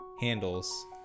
handles